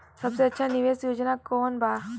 सबसे अच्छा निवेस योजना कोवन बा?